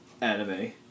anime